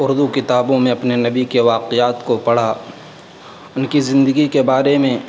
اردو کتابوں میں اپنے نبی کے واقعات کو پڑھا ان کی زندگی کے بارے میں